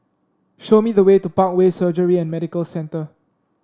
show me the way to Parkway Surgery and Medical Centre